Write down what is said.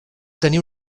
tenir